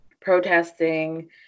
protesting